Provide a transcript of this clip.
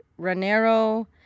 Ranero